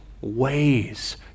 ways